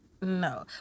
no